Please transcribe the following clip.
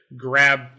grab